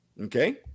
okay